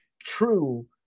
true